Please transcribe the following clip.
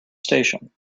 station